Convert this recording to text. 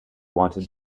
wanted